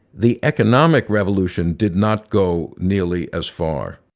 the economic revolution did not go nearly as far.